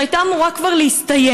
שהייתה אמורה כבר להסתיים.